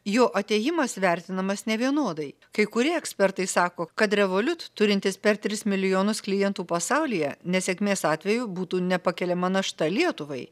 jo atėjimas vertinamas nevienodai kai kurie ekspertai sako kad revoliut turintis per tris milijonus klientų pasaulyje nesėkmės atveju būtų nepakeliama našta lietuvai